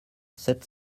sept